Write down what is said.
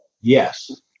Yes